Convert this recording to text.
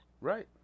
Right